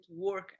work